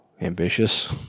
ambitious